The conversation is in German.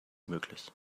möglich